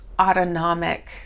autonomic